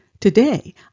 Today